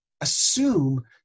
assume